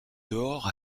dehors